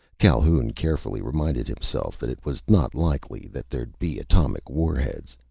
calhoun carefully reminded himself that it was not likely that there'd be atomic war heads.